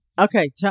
Okay